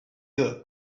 your